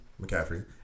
McCaffrey